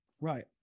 Right